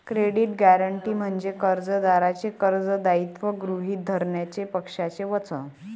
credit guarantee म्हणजे कर्जदाराचे कर्ज दायित्व गृहीत धरण्याचे पक्षाचे वचन